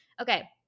okay